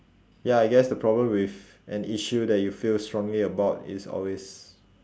ya I guess the problem with an issue that you feel strongly about is always